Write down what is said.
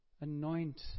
anoint